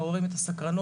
מעוררים את הסקרנות,